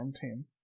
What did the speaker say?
team